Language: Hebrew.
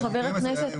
--- חבר הכנסת,